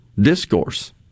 discourse